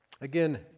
Again